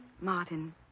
Martin